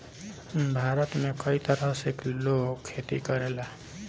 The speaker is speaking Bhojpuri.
भारत में कई तरह से लोग खेती करेला